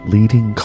Leading